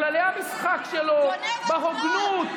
בעד קטי